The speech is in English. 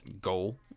goal